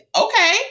okay